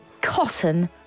cotton